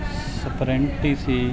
ਸਪਰੈਂਟ ਹੀ ਸੀ